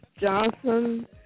Johnson